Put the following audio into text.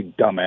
dumbass